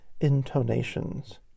intonations